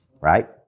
right